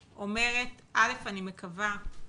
אומרת, אני מקווה,